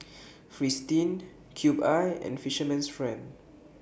Fristine Cube I and Fisherman's Friend